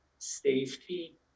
safety